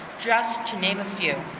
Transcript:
just to name a few.